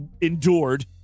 endured